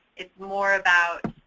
it's more about,